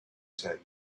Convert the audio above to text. said